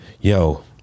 yo